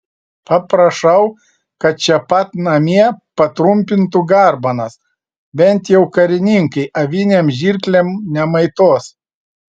paprašau kad čia pat namie patrumpintų garbanas bent jau karininkai avinėm žirklėm nemaitos